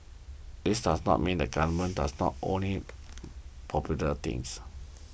this does not mean the Government does not only popular things